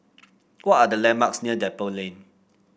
what are the landmarks near Depot Lane